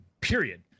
period